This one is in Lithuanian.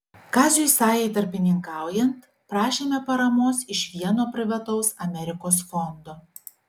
kaziui sajai tarpininkaujant prašėme paramos iš vieno privataus amerikos fondo